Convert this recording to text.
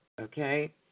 Okay